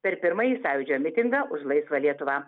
per pirmąjį sąjūdžio mitingą už laisvą lietuvą